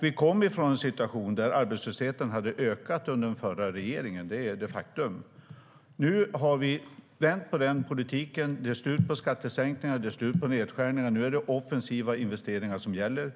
Vi har haft en situation där arbetslösheten ökade under den förra regeringen, det är ett faktum. Nu har vi vänt på den politiken. Det är slut på skattesänkningar och på nedskärningar. Nu är det offensiva investeringar som gäller.